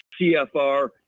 CFR